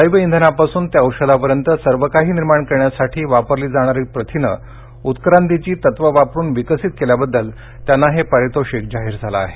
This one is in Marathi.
जैवइंधनापासून ते औषधांपर्यंत सर्वकाही निर्माण करण्यासाठी वापरली जाणारी प्रथिनं उत्क्रांतीची तत्वं वापरुन विकसित केल्याबद्दल त्यांना हे पारितोषिक जाहीर झालं आहे